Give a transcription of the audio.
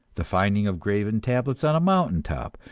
the finding of graven tablets on a mountain-top,